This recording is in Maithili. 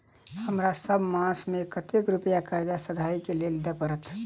हमरा सब मास मे कतेक रुपया कर्जा सधाबई केँ लेल दइ पड़त?